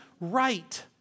right